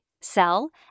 sell